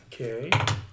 Okay